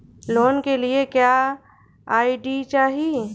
Loan के लिए क्या आई.डी चाही?